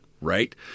right